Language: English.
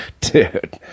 Dude